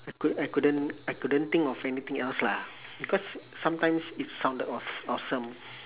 I cou~ I couldn't I couldn't think of anything else lah because sometimes it sounded awf~ awesome